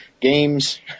games